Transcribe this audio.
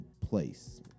place